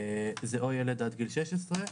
זה או ילד עד גיל 16,